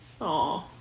Aw